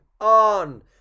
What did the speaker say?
on